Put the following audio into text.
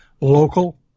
local